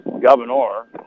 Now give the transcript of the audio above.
Governor